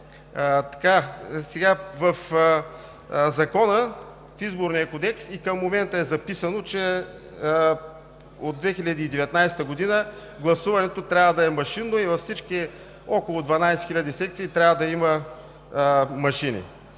ги носи. В Закона, в Изборния кодекс и към момента е записано, че от 2019 г. гласуването трябва да е машинно и във всички, около 12 000 секции, трябва да има машини.